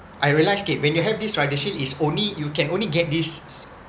I realised okay when you have this ridership it's only you can only get this